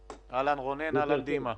אהלן, רונן, אהלן, דימה.